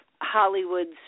Hollywood's